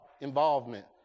involvement